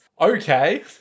Okay